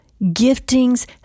giftings